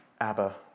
Abba